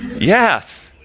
Yes